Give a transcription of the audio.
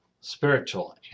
spiritual